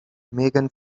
megan